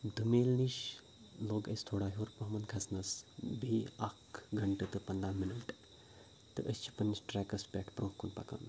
دٔمیل نِش لوٚگ اَسہِ تھوڑا ہیوٚر پَہمَتھ کھَسنَس بیٚیہِ اَکھ گھنٹہٕ تہٕ پنٛداہ مِنٹ تہٕ أسۍ چھِ پنٛنِس ٹرٛیکَس پٮ۪ٹھ برونٛہہ کُن پکان